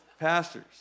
Pastors